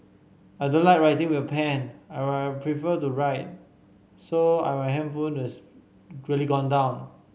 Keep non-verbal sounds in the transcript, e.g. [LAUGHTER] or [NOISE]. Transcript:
I don't like writing with a pen I [UNINTELLIGIBLE] prefer to write so I [UNINTELLIGIBLE] has really gone down